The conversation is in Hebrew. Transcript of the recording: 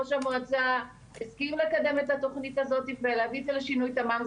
ראש המועצה הסכים לקדם את התכנית הזו ולהביא את זה לשינוי תמ"מ.